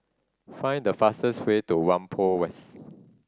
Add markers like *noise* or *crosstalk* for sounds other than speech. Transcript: find the fastest way to Whampoa West *noise*